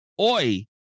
oi